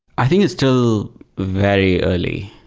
i think it's still very early.